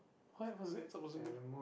what was that supposed to be